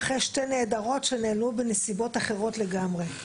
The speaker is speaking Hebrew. אחרי שתי נעדרות שנעלמו בנסיבות אחרות לגמרי,